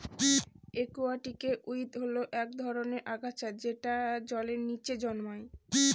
একুয়াটিকে উইড হল এক ধরনের আগাছা যেটা জলের নীচে জন্মায়